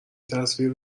تصویر